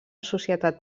societat